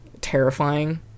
terrifying